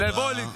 לבוא,